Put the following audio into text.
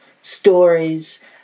stories